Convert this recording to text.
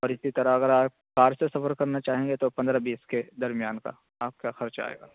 اور اسی طرح اگر آپ کار سے سفر کرنا چاہیں گے تو پندرہ بیس کے درمیان کا آپ کا خرچ آئے گا